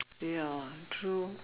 ya true